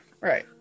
right